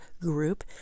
group